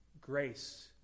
grace